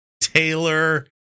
Taylor